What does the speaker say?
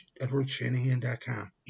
edwardshanahan.com